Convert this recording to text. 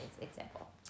example